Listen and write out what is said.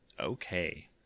okay